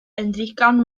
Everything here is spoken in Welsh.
ddigon